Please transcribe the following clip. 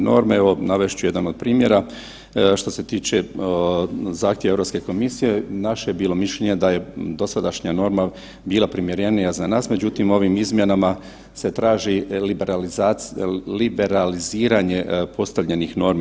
Što se tiče same norme, evo navest ću jedan od primjera što se tiče zahtjeva Europske komisije naše je bilo mišljenje da je dosadašnja norma bila primjerenija za nas, međutim ovim izmjenama se traži liberaliziranje postavljenih normi.